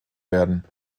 werden